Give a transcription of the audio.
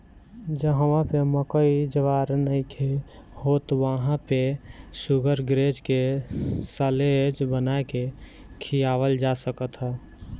जहवा पे मकई ज्वार नइखे होत वहां पे शुगरग्रेज के साल्लेज बना के खियावल जा सकत ह